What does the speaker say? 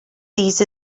these